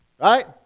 Right